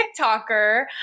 TikToker